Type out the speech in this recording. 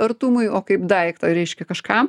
artumui o kaip daiktą reiškia kažkam